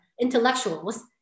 intellectuals